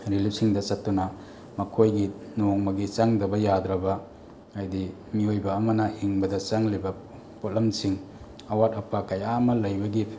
ꯔꯤꯂꯤꯞꯁꯤꯡꯗ ꯆꯠꯇꯨꯅ ꯃꯈꯣꯏꯒꯤ ꯅꯣꯡꯃꯒꯤ ꯆꯪꯗꯕ ꯌꯥꯗ꯭ꯔꯕ ꯍꯥꯏꯗꯤ ꯃꯤꯑꯣꯏꯕ ꯑꯃꯅ ꯍꯤꯡꯕꯗ ꯆꯪꯂꯤꯕ ꯄꯣꯠꯂꯝꯁꯤꯡ ꯑꯋꯥꯠ ꯑꯄꯥ ꯀꯌꯥ ꯑꯃ ꯂꯩꯕꯒꯤ